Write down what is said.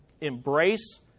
Embrace